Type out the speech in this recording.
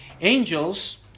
Angels